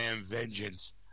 vengeance